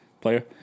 Player